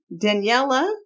Daniela